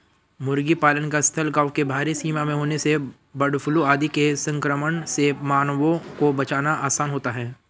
मुर्गी पालन का स्थल गाँव के बाहरी सीमा में होने से बर्डफ्लू आदि के संक्रमण से मानवों को बचाना आसान होता है